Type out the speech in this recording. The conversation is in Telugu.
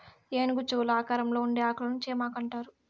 ఏనుగు చెవుల ఆకారంలో ఉండే ఆకులను చేమాకు అంటారు